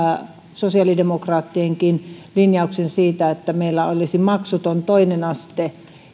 sosiaalidemokraattienkin linjauksen siitä että meillä olisi maksuton toinen aste